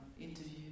interview